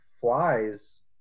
flies